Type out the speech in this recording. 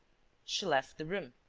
she left the room.